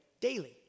daily